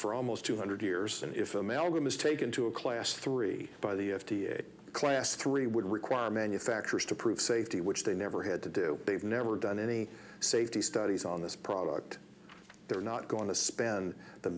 for almost two hundred years and if a mailroom is taken to a class three by the f d a class three would require manufacturers to prove safety which they never had to do they've never done any safety studies on this product they're not going to spend the